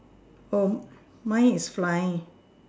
oh my is flying